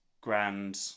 grand